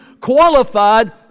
qualified